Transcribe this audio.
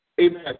Amen